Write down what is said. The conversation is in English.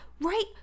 right